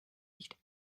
nicht